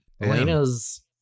Elena's